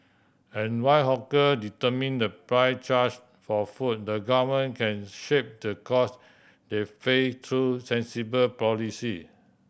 and while hawker determine the price charge for food the Government can shape the cost they face through sensible policy